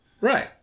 Right